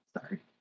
Sorry